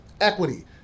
equity